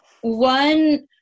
One